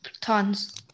tons